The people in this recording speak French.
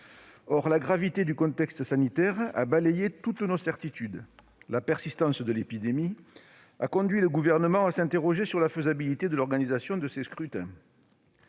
Or la gravité du contexte sanitaire a balayé toutes nos certitudes. La persistance de l'épidémie a conduit le Gouvernement à s'interroger sur la faisabilité de l'organisation de ces scrutins.